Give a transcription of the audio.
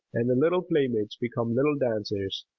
and the little playmates become little dancers,